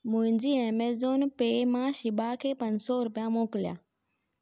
मुंहिंजी Amazon Pay मां शीबा खे पंज सौ रुपिया मोकिलिया